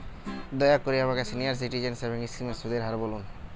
দয়া করে আমাকে সিনিয়র সিটিজেন সেভিংস স্কিমের সুদের হার বলুন